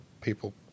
people